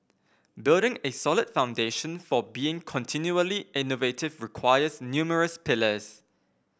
building a solid foundation for being continually innovative requires numerous pillars